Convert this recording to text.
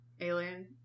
Alien